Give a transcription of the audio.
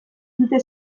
dute